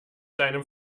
deinem